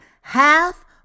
half